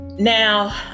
Now